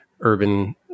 urban